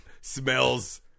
Smells